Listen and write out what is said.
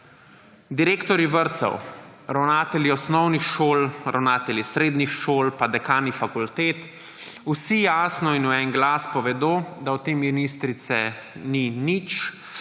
Direktorji vrtcev, ravnatelji osnovnih šol, ravnatelji srednjih šol pa dekani fakultet, vsi jasno in v en glas povedo, da od te ministrice ni nič,